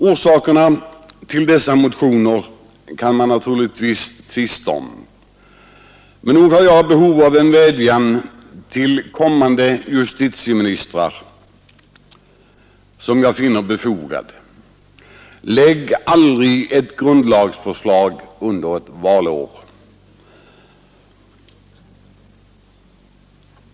Orsakerna till dessa motioner kan man naturligtvis tvista om, men nog finner jag det befogat med denna vädjan till kommande justitieministrar: Lägg aldrig ett grundlagsförslagsförslag under ett valår!